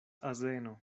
azeno